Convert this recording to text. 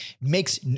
Makes